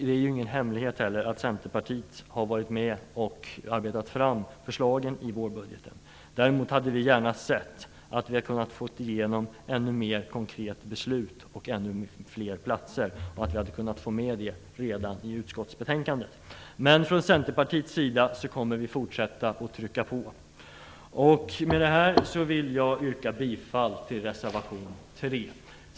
Det är ju ingen hemlighet att Centerpartiet har varit med och arbetat fram förslagen i vårbudgeten. Vi hade däremot gärna sett att vi hade fått igenom ett ännu mer konkret beslut och ändå fler platser, och att vi hade fått med det redan i utskottsbetänkandet. Men från Centerpartiets sida kommer vi att fortsätta att trycka på. Jag vill med detta yrka bifall till reservation 3.